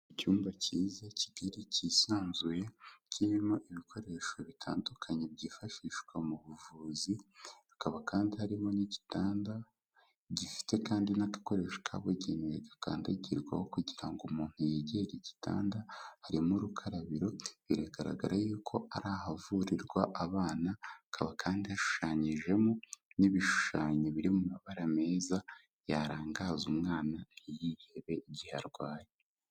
Icyumba kiza kigari kisanzuye, kirimo ibikoresho bitandukanye byifashishwa mu buvuzi, hakaba kandi harimo n'igitanda, gifite kandi n'agakoresho kabugeni gakandagirwaho kugira ngo umuntu yegere igitanda, harimo urukarabiro, biragaragara yuko ari ahavurirwa abana, hakaba kandi hashushanyijemo n'ibishushanyo biri mabara meza, yarangaza umwana mu gihe arwaye.